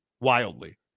wildly